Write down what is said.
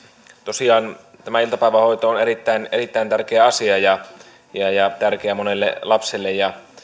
tosiaan tämä iltapäivähoito on erittäin erittäin tärkeä asia ja ja tärkeä monelle lapselle ja